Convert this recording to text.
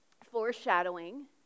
foreshadowing